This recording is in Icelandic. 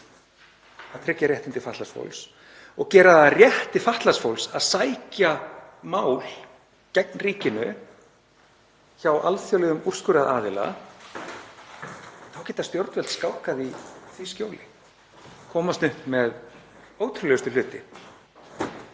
að tryggja réttindi fatlaðs fólks og gera það að rétti fatlaðs fólks að sækja mál gegn ríkinu hjá alþjóðlegum úrskurðaraðila, geta stjórnvöld skákað í því skjóli og komist upp með ótrúlegustu hluti.